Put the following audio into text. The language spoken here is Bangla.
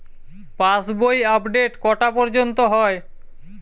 পাশ বই আপডেট কটা পর্যন্ত হয়?